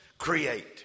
Create